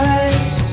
Eyes